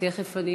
תכף אני